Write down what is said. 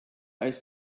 als